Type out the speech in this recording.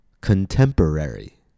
Contemporary